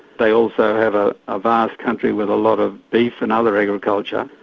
they also have ah a vast country with a lot of beef and other agriculture,